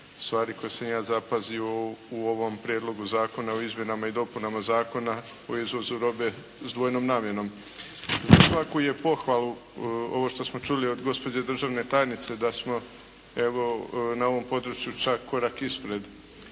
stvari koje sam ja zapazio u ovom Prijedlogu Zakona o izmjenama i dopunama Zakona o izvozu robe s dvojnom namjenom. Za svaku je pohvalu ovo što smo čuli od gospođe državne tajnice da smo evo na ovom području čak korak ispred